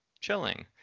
chilling